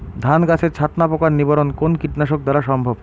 ধান গাছের ছাতনা পোকার নিবারণ কোন কীটনাশক দ্বারা সম্ভব?